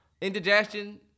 Indigestion